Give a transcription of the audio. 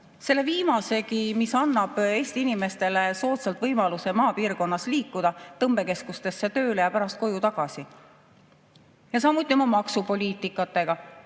selle viimasegi, mis annab Eesti inimestele võimaluse soodsalt maapiirkonnas liikuda, tõmbekeskustesse tööle ja pärast koju tagasi. Samuti oma maksupoliitikaga.